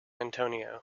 antonio